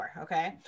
okay